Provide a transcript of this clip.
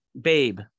babe